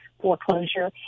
foreclosure